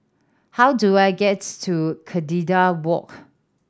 how do I gets to Walk